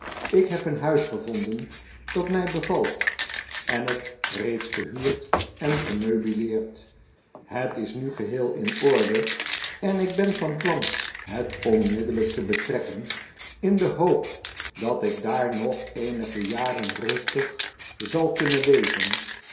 ik heb een huis gevonden dat mij bevalt en het reeds gehuurd en gemeubileerd het is nu geheel in orde en ik ben van plan het onmiddellijk te betrekken in de hoop dat ik daar nog eenige jaren rustig zal kunnen leven